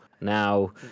Now